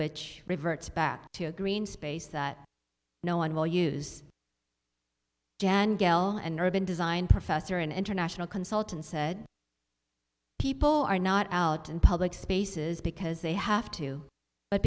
which reverts back to a green space that no one will use jan gehl an urban design professor an international consultant said people are not out in public spaces because they have to but